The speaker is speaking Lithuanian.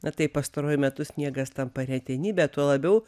na tai pastaruoju metu sniegas tampa retenybe tuo labiau